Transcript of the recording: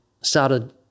started